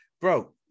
bro